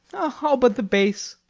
all but the base.